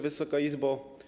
Wysoka Izbo!